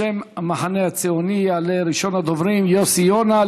בשם המחנה הציוני יעלה ראשון הדוברים, יוסי יונה.